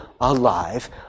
alive